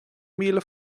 míle